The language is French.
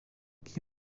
qui